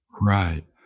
Right